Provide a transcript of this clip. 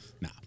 Nah